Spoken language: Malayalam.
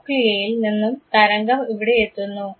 കോക്ലിയയിൽ നിന്നും തരംഗം ഇവിടെയെത്തുന്നു